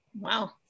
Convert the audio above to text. wow